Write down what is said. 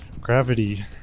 Gravity